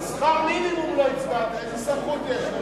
בשכר מינימום לא הצבעת, איזו סמכות יש לך?